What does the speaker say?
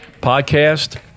Podcast